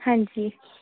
ਹਾਂਜੀ